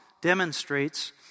demonstrates